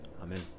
Amen